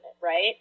right